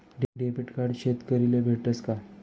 Debit card शेतकरीले भेटस का?